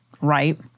right